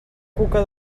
cuca